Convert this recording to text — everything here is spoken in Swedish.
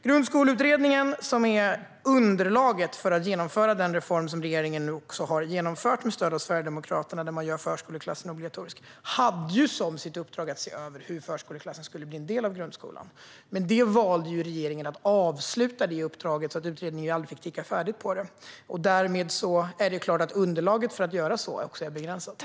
Grundskoleutredningen, som är underlaget för reformen att göra förskoleklassen obligatorisk som regeringen nu har genomfört med stöd av Sverigedemokraterna, hade som sitt uppdrag att se över hur förskoleklassen skulle bli en del av grundskolan. Men regeringen valde att avsluta det uppdraget, så utredningen fick aldrig titta färdigt på det. Därmed är det klart att underlaget för att göra så är begränsat.